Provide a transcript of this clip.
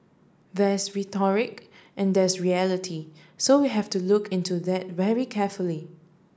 there's rhetoric and there's reality so we have to look into that very carefully